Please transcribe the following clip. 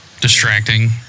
distracting